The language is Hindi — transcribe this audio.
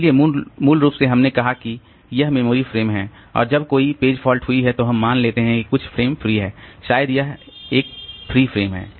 इसलिए मूल रूप से हमने कहा कियह मेमोरी फ्रेम हैं और जब कोई पेज फॉल्ट हुई है तो हम मान लेते हैं कि कुछ फ्रेम फ्री है शायद यह एक फ्री फ्रेम है